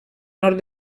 nord